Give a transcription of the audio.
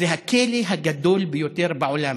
שזה הכלא הגדול ביותר בעולם.